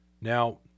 Now